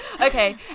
Okay